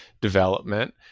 development